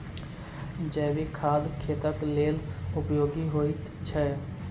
जैविक खाद खेतक लेल उपयोगी होइत छै